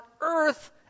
earth